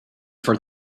for